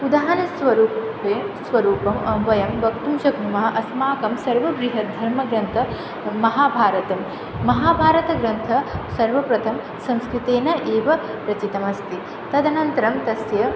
उदाहारणस्वरूपे स्वरूपं वयं वक्तुं शक्नुमः अस्माकं सर्व बृहत् धर्मग्रन्थं महाभारतं महाभारतग्रन्थं सर्वप्रथमं संस्कृतेन एव रचितमस्ति तदनन्तरं तस्य